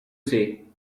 say